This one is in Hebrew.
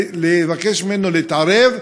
לבקש ממנו להתערב,